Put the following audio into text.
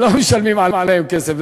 לא משלמים עליהם כסף.